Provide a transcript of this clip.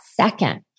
second